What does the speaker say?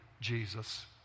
Jesus